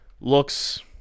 looks